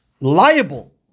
liable